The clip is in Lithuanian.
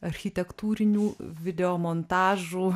architektūrinių video montažų